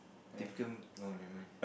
typical oh never mind